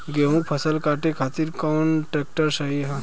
गेहूँक फसल कांटे खातिर कौन ट्रैक्टर सही ह?